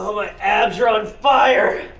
ah my abs are on fire.